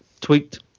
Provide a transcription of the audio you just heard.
tweaked